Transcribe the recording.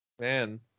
Man